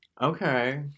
Okay